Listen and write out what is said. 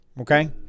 okay